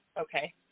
okay